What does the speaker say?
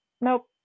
nope